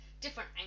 different